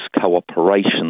cooperation